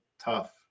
tough